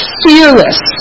fearless